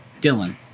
Dylan